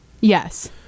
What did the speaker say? Yes